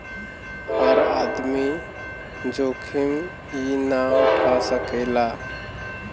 हर आदमी जोखिम ई ना उठा सकेला